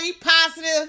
positive